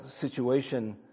situation